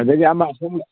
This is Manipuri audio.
ꯑꯗꯨꯗꯒꯤ ꯑꯃ ꯑꯁꯣꯝ